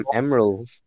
emeralds